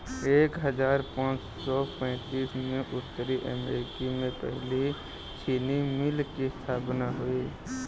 एक हजार पाँच सौ पैतीस में उत्तरी अमेरिकी में पहली चीनी मिल की स्थापना हुई